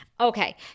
Okay